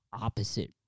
opposite